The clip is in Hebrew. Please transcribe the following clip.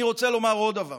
אני רוצה לומר עוד דבר.